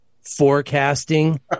forecasting